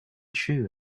true